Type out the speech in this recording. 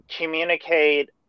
communicate